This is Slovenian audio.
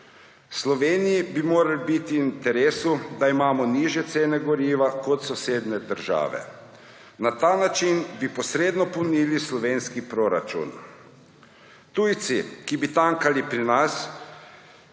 Sloveniji bi moralo biti v interesu, da imamo nižje cene goriva kot sosednje države. Na ta način bi posredno polnili slovenski proračun. Tujci, ki bi tankali pri nas,